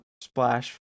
splash